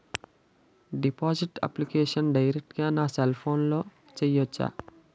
Deposit application direct గా నా cell ఫోన్లో చెయ్యచా?